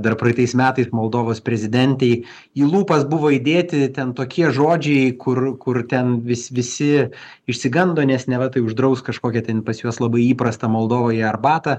dar praitais metais moldovos prezidentei į lūpas buvo įdėti ten tokie žodžiai kur kur ten vis visi išsigando nes neva tai uždraus kažkokią ten pas juos labai įprastą moldovoje arbatą